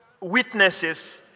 witnesses